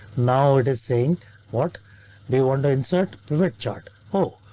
now it is saying what do you want to insert? pivot chart. oh,